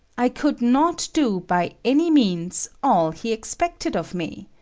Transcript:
i could not do, by any means, all he expected of me.